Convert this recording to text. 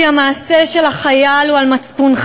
כי המעשה של החייל הוא על מצפונכם.